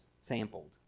sampled